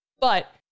but-